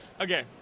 Okay